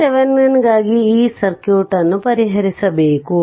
VThevenin ಗಾಗಿ ಈ circuit ಅನ್ನು ಪರಿಹರಿಸಬೇಕು